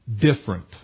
different